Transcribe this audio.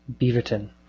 Beaverton